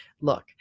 Look